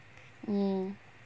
mm mm